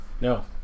No